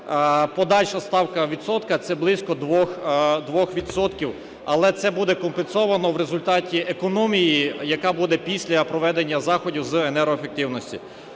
Подальша ставка відсотка - це близько двох відсотків, але це буде компенсовано в результаті економії, яка буде після проведення заходів з енергоефективності.